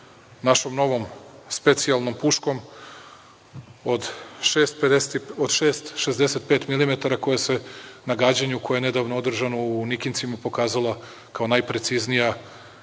našom novom specijalnom puškom od 6,65 milimetara, koja se na gađanju koje je nedavno održano u Nikincima pokazala kao najpreciznija